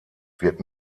wird